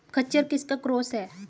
खच्चर किसका क्रास है?